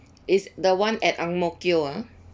is the one at Ang Mo Kio ah